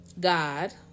God